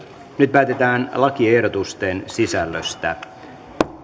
nyt päätetään lakiehdotusten sisällöstä